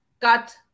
cut